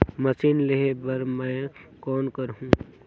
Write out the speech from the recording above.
Machine लेहे बर मै कौन करहूं?